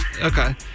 Okay